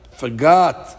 forgot